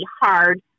hard